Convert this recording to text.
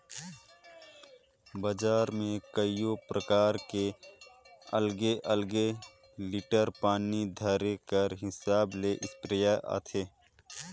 बजार में कइयो परकार कर अलगे अलगे लीटर पानी धरे कर हिसाब ले इस्पेयर आथे